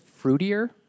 fruitier